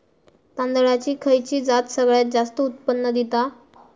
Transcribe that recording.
तांदळाची खयची जात सगळयात जास्त उत्पन्न दिता?